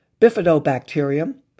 Bifidobacterium